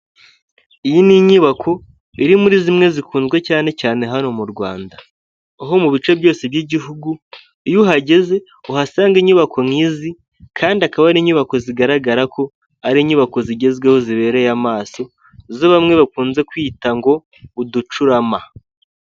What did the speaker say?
Iyi ni inyubako iri muri zimwe zikunzwe cyane cyane hano mu Rwanda aho mu bice byose by'igihugu iyo uhageze uhasanga inyubako nk'izi kandi akaba ari inyubako zigaragara ko ari inyubako zigezweho zibereye amaso izo bamwe bakunze kwita ngo uducurama .